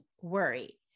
worry